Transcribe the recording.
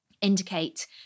indicate